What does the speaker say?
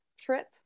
trip